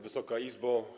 Wysoka Izbo!